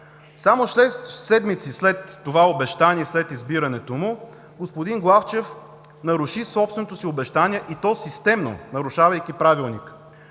Само седмици след това обещание, след избирането му, господин Главчев наруши собственото си обещание, и то системно, нарушавайки Правилника.